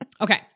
okay